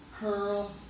Curl